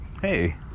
Hey